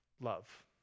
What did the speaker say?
love